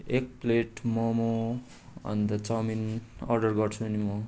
एक प्लेट मोमो अन्त chowmein order गर्छु नि म